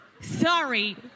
sorry